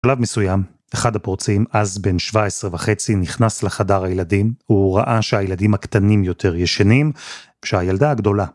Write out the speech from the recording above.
במקלב מסוים אחד הפורצים, אז בן 17 וחצי, נכנס לחדר הילדים, הוא ראה שהילדים הקטנים יותר ישנים, כשהילדה הגדולה.